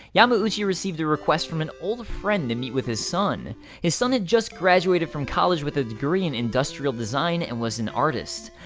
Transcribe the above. yamauchi received a request from an old friend to and meet with his son his son had just graduated from college with a degree in industrial design, and was an artist.